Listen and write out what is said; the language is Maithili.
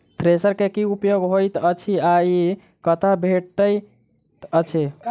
थ्रेसर केँ की उपयोग होइत अछि आ ई कतह भेटइत अछि?